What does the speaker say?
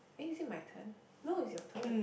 eh is it my turn no it's your turn